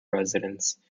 residents